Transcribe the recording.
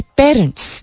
parents